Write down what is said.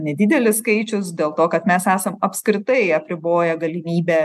nedidelis skaičius dėl to kad mes esam apskritai apriboję galimybę